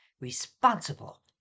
responsible